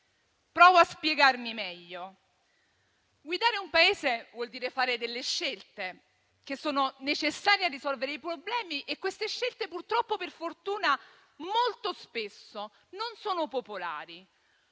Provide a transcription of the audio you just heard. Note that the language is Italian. Provo a spiegarmi meglio. Guidare un Paese vuol dire fare delle scelte che sono necessarie a risolvere i problemi e queste scelte, purtroppo o per fortuna, molto spesso non sono popolari.